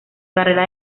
carrera